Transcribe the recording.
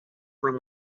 from